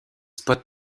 spots